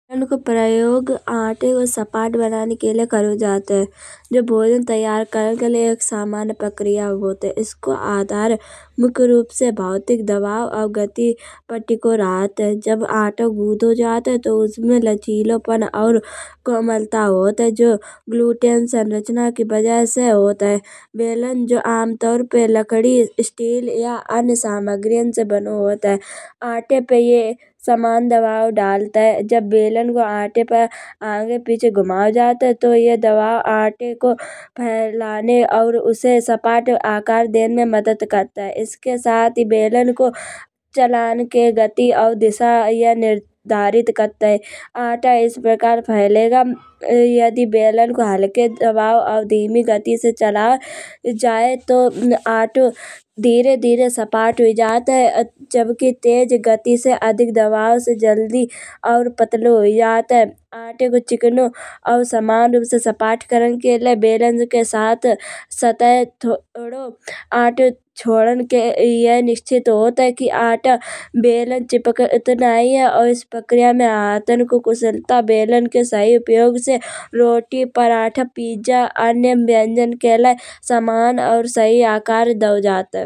बेलन को प्रयोग आते को सपाट बनाय के लाये करो जात है। जो भोजन तैयार करन के लिए एक सामान्य प्रक्रिया होत है। इसको आधार मुख्य रूप से भौतिक गति पे टिकौ रहत है। जब आतो गूंदो जात है। तौ उसमें लचीलोपन और कोमलता आउत है। जो ग्लूटेन संरचना के बजाय से होत है। बेलन जो आमतौर पे लकड़ी स्टील या अन्य सामग्रियाँ से बनो होत है। आते पे ये समान दबाव डालत है। जब बेलन को आते पे आगे पीछे घुमाओ जात है। तो ये दबाव आते को। फैलान को और उसे सपाट आकार देन में मदद करत है। इसके साथ ही बेलन को चलन के गति और दिशा ये निर्धारित करत है। आटा इस प्रकार फैलेगा यदि बेलन को हलके दबाव और धीमी गति से चलाओ जाये। तौ आटा धीरे धीरे सपाट हुई जात है। जबकि तेज दबाव से जल्दी और पतलो हुई जात है। आते को चिकानो और समान रूप से सपाट करन के लाये बेलन के साथ सतह थोड़ो आटा छोड़न को ये निश्चित होत है। कि आटा बेलन चिपकट नाही है। और इस प्रक्रिया में हाथन को कुशलता बेलन को सही उपयोग से रोटी परांठा पिज्जा अन्य व्यंजन के लाये समान और सही आकार दौ जात है।